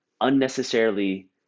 unnecessarily